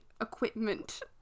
equipment